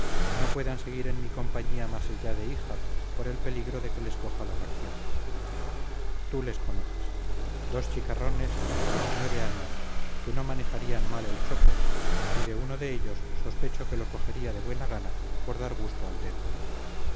no puedan seguir en mi compañía más allá de híjar por el peligro de que les coja la facción tú les conoces dos chicarrones de diez y nueve años que no manejarían mal el chopo y de uno de ellos sospecho que lo cogería de buena gana por dar gusto al dedo